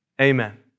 Amen